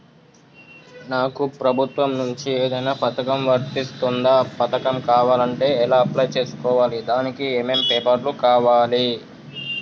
నాకు ప్రభుత్వం నుంచి ఏదైనా పథకం వర్తిస్తుందా? పథకం కావాలంటే ఎలా అప్లై చేసుకోవాలి? దానికి ఏమేం పేపర్లు కావాలి?